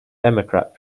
democrat